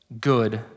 good